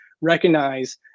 recognize